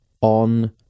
on